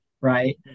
Right